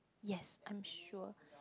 yes I am sure